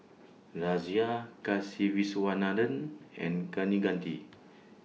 Razia Kasiviswanathan and Kaneganti